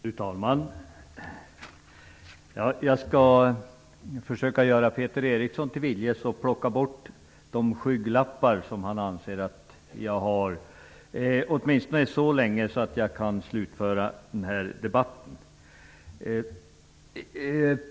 Fru talman! Jag skall försöka göra Peter Eriksson till viljes och ta av de skygglappar som han anser att jag har. Jag skall göra det åtminstone så länge att jag kan slutföra denna debatt.